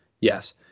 yes